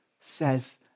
says